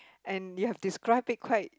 and they have describe it quite